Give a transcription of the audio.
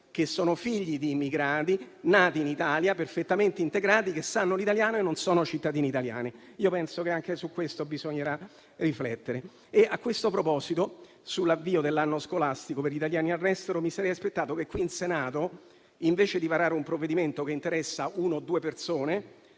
ragazzi, figli di immigrati nati in Italia, perfettamente integrati, che sanno l'italiano e non sono cittadini italiani. Penso che anche su questo bisognerà riflettere. A questo proposito, sull'avvio dell'anno scolastico per gli italiani all'estero, mi sarei aspettato che qui in Senato, invece di varare un provvedimento che interessa una o due persone,